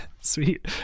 Sweet